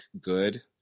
good